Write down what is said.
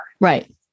Right